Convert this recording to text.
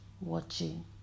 watching